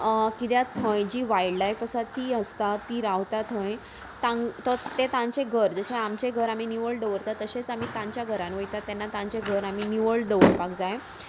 कित्याक थंय जी वायल्ड लायफ आसा ती आसता ती रावता थंय तां तो तें तांचें घर जशें आमचें घर आमी निवळ दवरता तशेंच आमी तांच्या घरान वयता तेन्ना तांचे घर आमी निवळ दवरपाक जाय